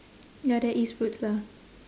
ya there is fruits lah